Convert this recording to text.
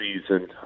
season